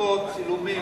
בדיקות צילומים.